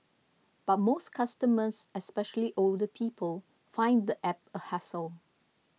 but most customers especially older people find the app a hassle